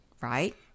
right